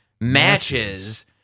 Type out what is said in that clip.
Matches